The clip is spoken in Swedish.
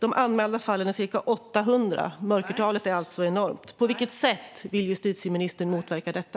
De anmälda fallen är ca 800. Mörkertalet är alltså enormt. På vilket sätt vill justitieministern motverka detta?